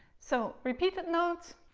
so repeated notes